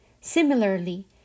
Similarly